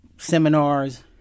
seminars